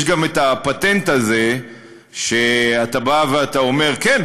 יש גם הפטנט הזה שאתה בא ואתה אומר: כן,